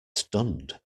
stunned